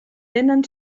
tenen